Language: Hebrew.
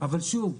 אבל שוב,